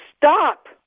stop